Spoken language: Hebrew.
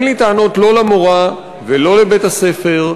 אין לי טענות לא למורה ולא לבית-הספר,